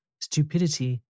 stupidity